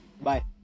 Bye